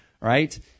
right